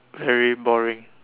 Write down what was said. very boring